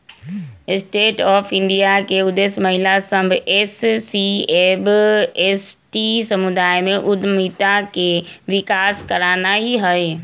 stand up India के उद्देश्य महिला सभ, एस.सी एवं एस.टी समुदाय में उद्यमिता के विकास करनाइ हइ